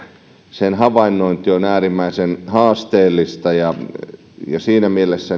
sen havainnointi on äärimmäisen haasteellista siinä mielessä